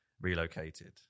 relocated